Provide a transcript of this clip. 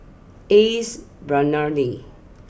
Ace Brainery